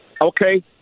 Okay